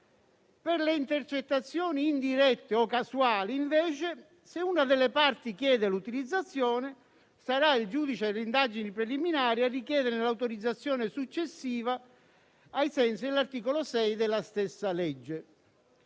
Per le intercettazioni indirette o casuali, invece, se una delle parti chiede l'utilizzazione, sarà il giudice delle indagini preliminari a richiederne l'autorizzazione successiva ai sensi dell'articolo 6 della stessa legge.